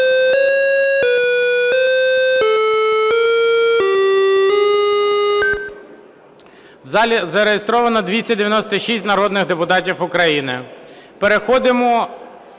В залі зареєстровано 296 народних депутатів України. Переходимо